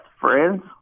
friends